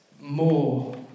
more